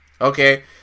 Okay